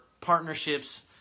partnerships